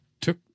took—